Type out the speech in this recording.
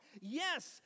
Yes